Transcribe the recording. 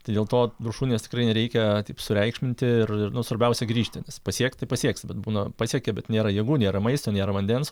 tai dėl to viršūnės tikrai nereikia taip sureikšminti ir nu svarbiausia grįžti nes pasiekti pasieksi bet būna pasiekė bet nėra jėgų nėra maisto nėra vandens